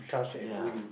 ya